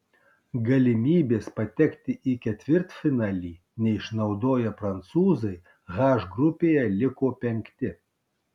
galimybės patekti į ketvirtfinalį neišnaudoję prancūzai h grupėje liko penkti